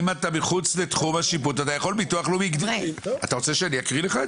אם אתה מחוץ לתחום השיפוט אתה יכול, אקריא לך את